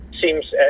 seems